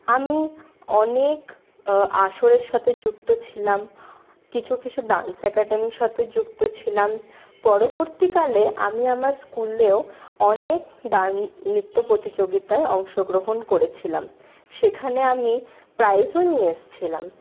আমি অনেক আসরের সাথে যুক্ত ছিলাম কিছু কিছু ড্যান্স একাডেমির সাথেও যুক্ত ছিলাম পরবর্তীকালে আমি আমার স্কুলেও অনেক ড্যান নৃত্য প্রতিযোগিতায় অংশগ্রহণ করেছিলাম সেখানে আমি প্রাইজও নিয়ে এসছিলাম